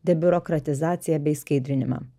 debiurokratizaciją bei skaidrinimą